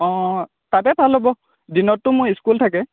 অঁ তাতে ভাল হ'ব দিনততো মোৰ স্কুল থাকে